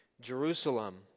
Jerusalem